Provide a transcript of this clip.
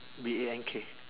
B A N K